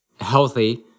healthy